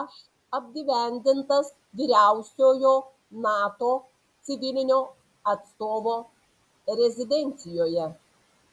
aš apgyvendintas vyriausiojo nato civilinio atstovo rezidencijoje